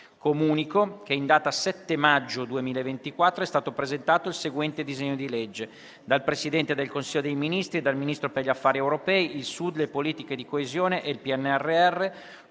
Comunico che in data 7 maggio 2024 è stato presentato il seguente disegno di legge: *dal Presidente del Consiglio dei ministri e dal Ministro per gli affari europei, il Sud, le politiche di coesione e il PNRR*